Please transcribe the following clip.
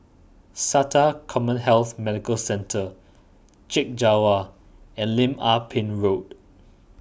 Sata CommHealth Medical Centre Chek Jawa and Lim Ah Pin Road